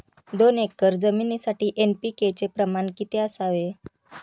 दोन एकर जमिनीसाठी एन.पी.के चे प्रमाण किती असावे?